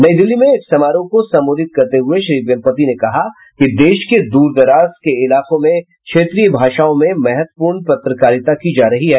नयी दिल्ली में एक समारोह को संबोधित करते हुए श्री वेम्पति ने कहा कि देश के दूरदराज के इलाकों में क्षेत्रीय भाषाओं में महत्वपूर्ण पत्रकारिता की जा रही है